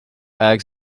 eggs